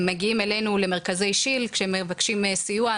מגיעים אלינו למרכזי שי"ל כשמבקשים סיוע.